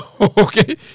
Okay